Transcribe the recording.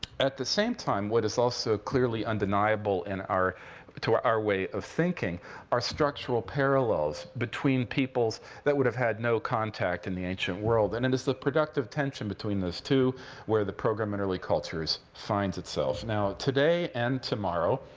at the same time, what is also clearly undeniable and to our way of thinking are structural parallels between peoples that would have had no contact in the ancient world. and it is the productive tension between those two where the program in early cultures finds itself. now, today and tomorrow,